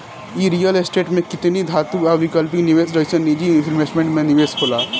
इ real estate में किमती धातु आ वैकल्पिक निवेश जइसन निजी इक्विटी में निवेश होला